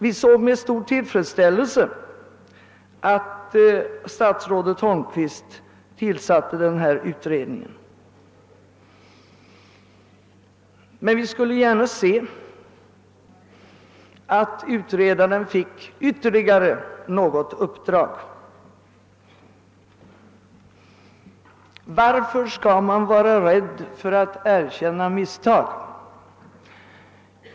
Vi såg med stor till fredsställelse att statsrådet Holmqvist tillsatte denna utredning, men vi skulle gärna se att utredningen finge ytterligare något uppdrag. Varför skall man vara rädd för att erkänna misstag?